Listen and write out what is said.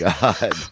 God